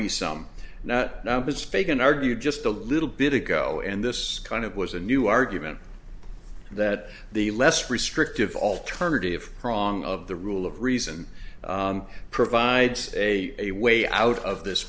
be some not to speak and argued just a little bit ago and this kind of was a new argument that the less restrictive alternative prong of the rule of reason provides a way out of this